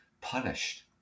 punished